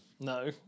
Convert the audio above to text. No